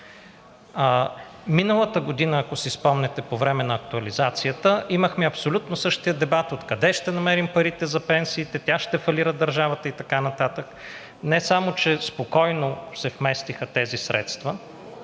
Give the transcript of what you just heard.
Миналата година, ако си спомняте, по време на актуализацията имахме абсолютно същия дебат: откъде ще намерим парите за пенсиите, държавата ще фалира и така нататък. Не само че спокойно се вместиха тези средства